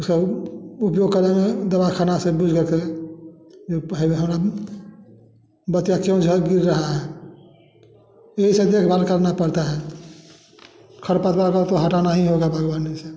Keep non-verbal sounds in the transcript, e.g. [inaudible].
उसे उपयोग करेंगे दवाखाना से बीज ले के जो [unintelligible] बतिया क्यों झर गिर रहा है यही सब देखभाल करना पड़ता है खरपतवार बराबर तो हटाना ही होगा बागावनी से